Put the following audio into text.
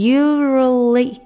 usually